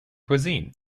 cuisine